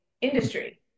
industry